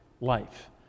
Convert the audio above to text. life